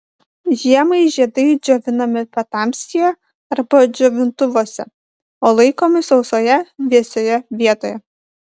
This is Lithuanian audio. žiemai žiedai džiovinami patamsyje arba džiovintuvuose o laikomi sausoje vėsioje vietoje